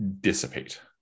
dissipate